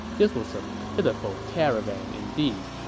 this was a pitiful caravan indeed